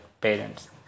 parents